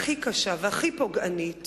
הכי קשה והכי פוגענית